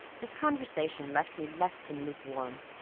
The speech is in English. this conversation left me less than lukewarm,